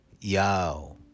Yo